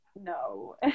No